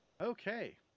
Okay